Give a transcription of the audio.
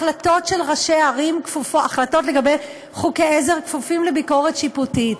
החלטות של ראשי ערים לגבי חוקי עזר כפופות לביקורת שיפוטית.